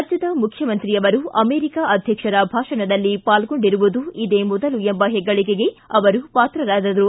ರಾಜ್ಯದ ಮುಖ್ಯಮಂತ್ರಿಯೊಬ್ಬರು ಅಮೆರಿಕಾ ಅಧ್ಯಕ್ಷರ ಭಾಷಣದಲ್ಲಿ ಪಾಲ್ಗೊಂಡಿರುವುದು ಇದೇ ಮೊದಲು ಎಂಬ ಹೆಗ್ಗಳಿಕೆಗೆ ಪಾತ್ರರಾದರು